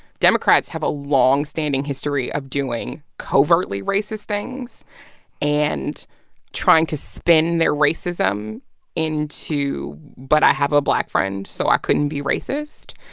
democrats have a long-standing history of doing covertly racist things and trying to spin their racism into, but i have a black friend, so i couldn't be racist.